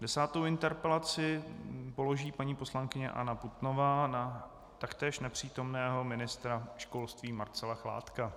Desátou interpelaci položí paní poslankyně Anna Putnová na taktéž nepřítomného ministra školství Marcela Chládka.